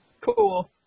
Cool